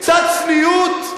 קצת צניעות.